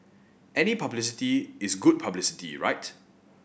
any publicity is good publicity right